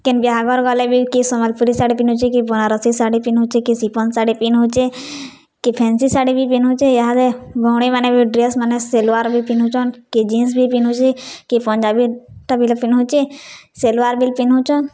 କେନ୍ ବିହାଘର୍ ଗଲେ ବି କେ ସମ୍ବଲପୁରୀ ଶାଢ଼ୀ ପିନ୍ଧୁଚେ କେ ବନାରସି ଶାଢ଼ୀ ପିନ୍ଧୁଚେ କେ ସିଫନ୍ ଶାଢ଼ୀ ପିନ୍ଧୁଚେ କେ ଫେନ୍ସି ଶାଢ଼ୀ ବି ପିନ୍ଧୁଚେ ଇହାଦେ ଭଉଣୀମାନେ ବି ଡ୍ରେସ୍ମାନେ ସେଲ୍ୱାର୍ ବି ପିନ୍ଧୁଚନ୍ କେ ଜିନ୍ସ ବି ପିନ୍ଧୁଚେ କେ ପଞ୍ଜାବୀଟା ବି ପିନ୍ଧୁଚେ ସେଲ୍ୱାର୍ ବି ପିନ୍ଧୁଚନ୍